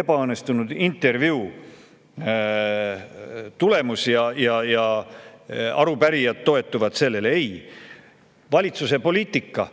ebaõnnestunud intervjuu tulemus ja arupärijad toetuvad sellele. Ei, valitsuse poliitika,